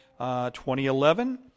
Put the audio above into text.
2011